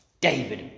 David